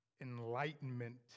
enlightenment